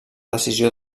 decisió